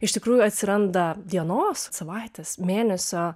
iš tikrųjų atsiranda dienos savaitės mėnesio